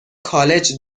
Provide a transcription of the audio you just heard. کالج